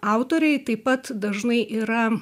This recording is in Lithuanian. autoriai taip pat dažnai yra